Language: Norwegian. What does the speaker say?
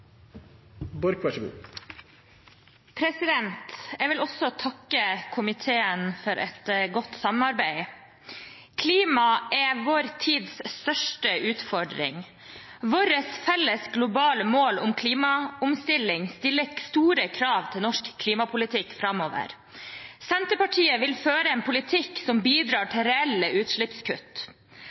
Jeg vil også takke komiteen for et godt samarbeid. Klimaet er vår tids største utfordring. Våre felles globale mål om klimaomstilling stiller store krav til norsk klimapolitikk framover. Senterpartiet vil føre en politikk som bidrar til reelle utslippskutt.